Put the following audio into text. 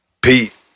Pete